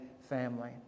family